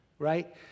right